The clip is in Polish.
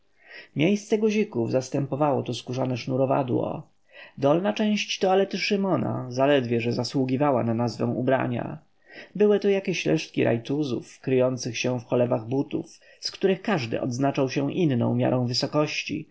miejsce guzików zastępowało tu skórzane sznurowadło dolna część toalety szymona zaledwie że zasługiwała na nazwę ubrania były to jakieś resztki rajtuzów kryjących się w cholewach butów z których każdy odznaczał się inną miarą wysokości